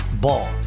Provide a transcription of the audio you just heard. Ball